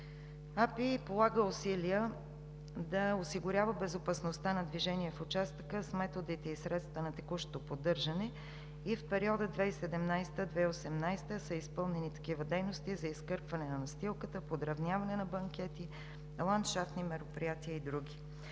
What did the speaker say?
АПИ полага усилия да осигурява безопасността на движение в участъка с методите и средствата на текущото поддържане и в периода 2017 – 2018 г. са изпълнени такива дейности за изкърпване на настилката, подравняване на банкети, ландшафтни мероприятия и други.